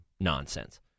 Nonsense